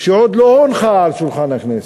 שעוד לא הונחה על שולחן הכנסת.